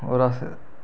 होर अस